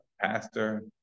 pastor